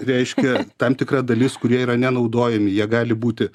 reiškia tam tikra dalis kurie yra nenaudojami jie gali būti